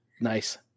Nice